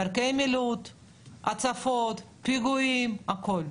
דרכי מילוט, הצפות, פיגועים, הכול,